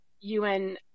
UN